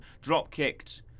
drop-kicked